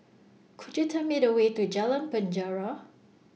Could YOU Tell Me The Way to Jalan Penjara